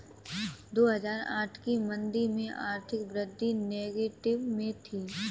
दो हजार आठ की मंदी में आर्थिक वृद्धि नेगेटिव में थी